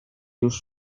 już